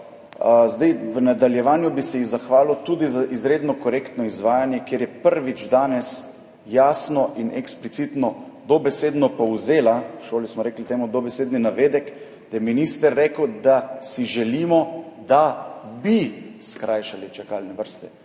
V nadaljevanju bi se ji zahvalil tudi za izredno korektno izvajanje, kjer je prvič danes jasno in eksplicitno, dobesedno povzela, v šoli smo rekli temu dobesedni navedek, da je minister rekel, da si želimo, da bi skrajšali čakalne vrste.